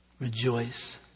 rejoice